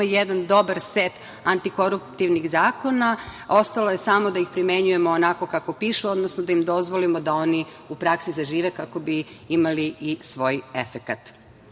jedan dobar set antikoruptivnih zakona, ostalo je samo da ih primenjujemo onako kako piše, odnosno da im dozvolimo da oni u praksi zažive kako bi imali i svoj efekat. Na